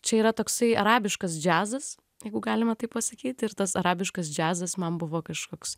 čia yra toksai arabiškas džiazas jeigu galima taip pasakyti ir tas arabiškas džiazas man buvo kažkoks